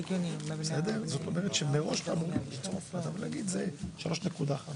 אתם הייתם אמורים להגיע לכאן כבר שבוע שעבר.